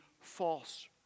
false